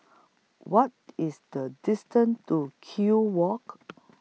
What IS The distance to Kew Walk